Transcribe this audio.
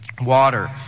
water